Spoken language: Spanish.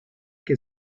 que